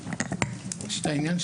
ל-יורה.